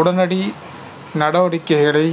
உடனடி நடவடிக்கைகளை